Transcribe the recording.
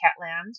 Catland